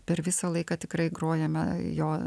per visą laiką tikrai grojame jo